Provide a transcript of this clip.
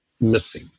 missing